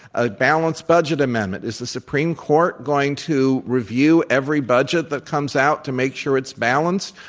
a balanced budget amendment. is the supreme court going to review every budget that comes out to make sure it's balanced?